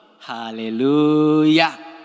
Hallelujah